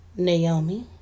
Naomi